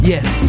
Yes